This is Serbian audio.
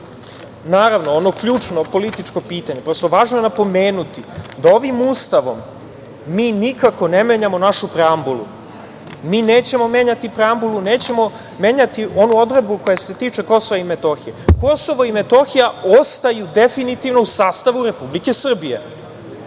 Srbiji. Naravno, ono ključno, političko pitanje, prosto važno je napomenuti, da ovim Ustavom mi nikako ne menjamo našu preambulu. Mi nećemo menjati preambulu, nećemo menjati onu odredbu koja se tiče Kosova i Metohije. Kosovo i Metohija ostaju definitivno u sastavu Republike Srbije.